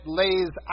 lays